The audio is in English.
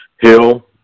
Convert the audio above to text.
Hill